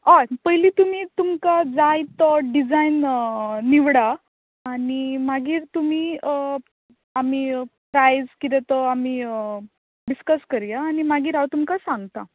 हय पयलीं तुमी तुमकां जाय तो डिजायन निवडा आनी मागीर तुमी आमी प्रायस कितें तो डिस्कस करूया आनी मागीर हांव तुमकां सांगतां